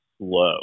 slow